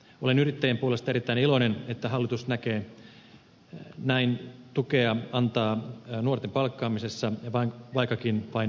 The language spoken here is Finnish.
olen yrittäjien puolesta erittäin iloinen että hallitus näin antaa tukea nuorten palkkaamisessa vaikkakin vain väliaikaisesti